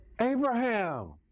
Abraham